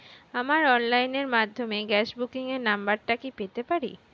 আমার অনলাইনের মাধ্যমে গ্যাস বুকিং এর নাম্বারটা কি পেতে পারি?